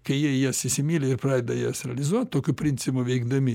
kai jie jas įsimyli ir pradeda jas realizuot tokiu principu veikdami